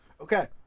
Okay